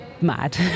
mad